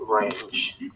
range